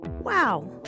Wow